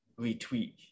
retweet